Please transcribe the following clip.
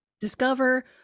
discover